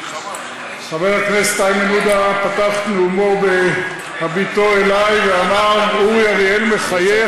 חבר הכנסת איימן עודה פתח את נאומו בהביטו אלי ואמר: אורי אריאל מחייך,